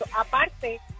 Aparte